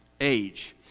age